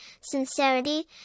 sincerity